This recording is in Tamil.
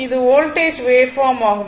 இது வோல்டேஜ் வேவ்பார்ம் ஆகும்